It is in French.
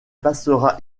passera